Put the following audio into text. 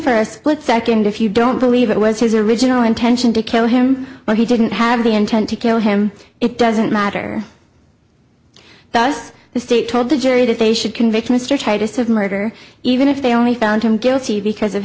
for a split second if you don't believe it was his original intention to kill him but he didn't have the intent to kill him it doesn't matter does the state told the jury that they should convict mr titus of murder even if they only found him guilty because of